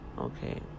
Okay